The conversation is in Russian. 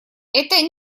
это